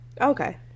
Okay